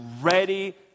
ready